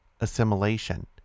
assimilation